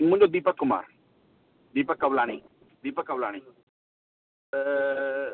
मुंहिंजो दीपक कुमार दीपक कवलानी दीपक कवलाणी त